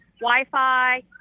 Wi-Fi